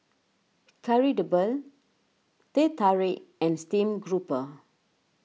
Kari Debal Teh Tarik and Steamed Grouper